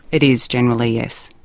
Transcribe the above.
it is generally, yes.